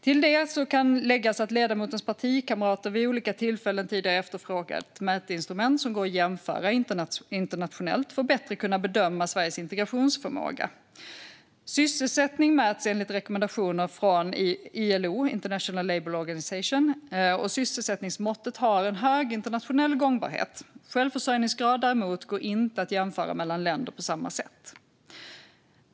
Till det kan läggas att ledamotens partikamrater vid olika tillfällen tidigare efterfrågat mätinstrument som går att jämföra internationellt för att bättre kunna bedöma Sveriges integrationsförmåga. Sysselsättning mäts enligt rekommendationer från ILO, International Labour Organization. Sysselsättningsmåttet har en hög internationell gångbarhet. Självförsörjningsgrad däremot går inte att jämföra mellan länder på samma sätt.